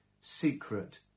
secret